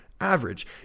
average